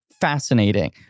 fascinating